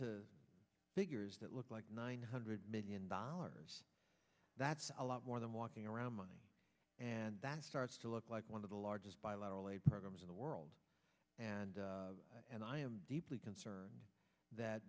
to figures that look like nine hundred million dollars that's a lot more than walking around money and that starts to look like one of the largest bilateral aid programs in the world and and i am deeply concerned that